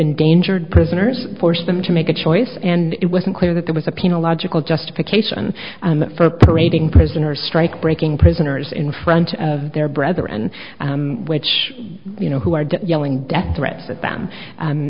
endangered prisoners forced them to make a choice and it wasn't clear that there was a penal logical justification for parading prisoners strike breaking prisoners in front of their brethren which you know who are yelling death threats at th